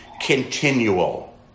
continual